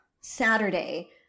Saturday